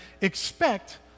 expect